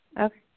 Okay